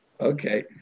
Okay